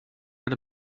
read